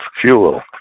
fuel